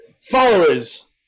followers